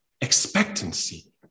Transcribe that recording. expectancy